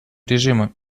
режимом